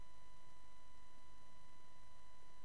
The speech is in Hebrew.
זו